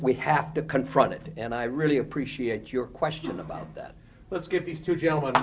we have to confront it and i really appreciate your question about that let's give these two gentlem